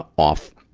ah off,